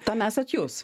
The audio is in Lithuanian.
tam esat jūs